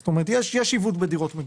זאת אומרת, יש עיוות בדירות מגורים.